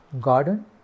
garden